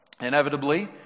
inevitably